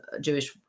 Jewish